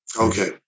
Okay